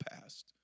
past